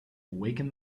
awaken